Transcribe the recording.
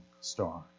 star